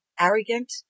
arrogant